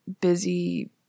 busy